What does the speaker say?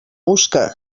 busca